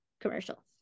commercial